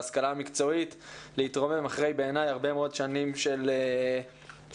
להשכלה המקצועית להתרומם אחרי הרבה מאוד שנים של הזנחה,